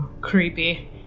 Creepy